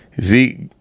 Zeke